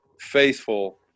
faithful